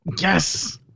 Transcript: Yes